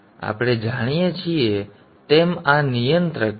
તેથી આપણે જાણીએ છીએ તેમ આ નિયંત્રક છે